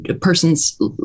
persons